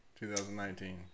2019